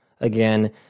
again